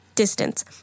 distance